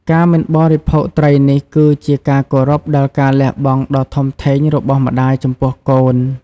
ការមិនបរិភោគត្រីនេះគឺជាការគោរពដល់ការលះបង់ដ៏ធំធេងរបស់ម្តាយចំពោះកូន។